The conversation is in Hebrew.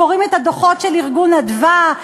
קוראים את הדוחות של " מרכז אדוה",